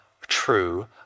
true